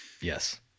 Yes